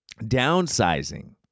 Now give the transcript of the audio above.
Downsizing